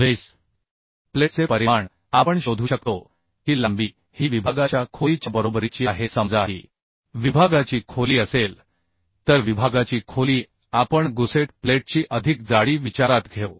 base प्लेटचे परिमाण आपण शोधू शकतो की लांबी ही विभागाच्या खोलीच्या बरोबरीची आहे समजा ही विभागाची खोली असेल तर विभागाची खोली आपण गुसेट प्लेटची अधिक जाडी विचारात घेऊ